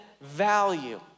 value